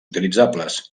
utilitzables